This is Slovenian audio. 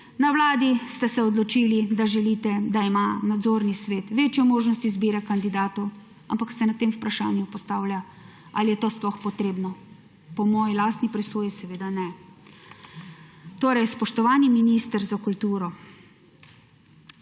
Na Vladi ste se odločili, da želite, da ima nadzorni svet večjo možnost izbire kandidatov, ampak se pri tem vprašanju postavlja, ali je to sploh potrebno. Po moji lastni presoji seveda ne. Spoštovani minister za kulturo!